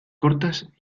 cortas